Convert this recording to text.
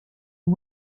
the